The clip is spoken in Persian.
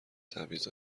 تبعیض